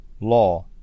law